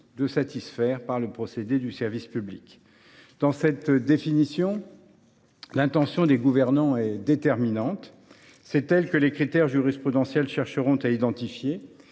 de satisfaire par le procédé du service public ». Dans cette définition, l’intention des gouvernants est déterminante : c’est elle que les critères jurisprudentiels chercheront à identifier.